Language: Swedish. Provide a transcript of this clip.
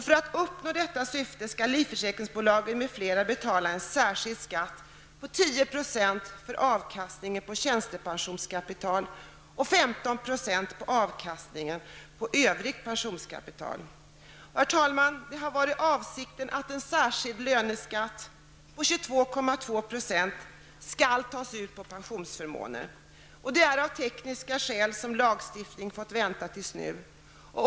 För att uppnå detta syfte skall livförsäkringsbolag m.fl. betala en särskild skatt på 10 % för avkastningen på tjänstepensionskapital och en skatt på 15 % för avkastningen på övrigt pensionskapital. Herr talman! Avsikten var att en särskild löneskatt på 22,2 % skulle tas ut på pensionsförmåner. Det är av tekniska skäl som lagstiftningen fått vänta tills nu.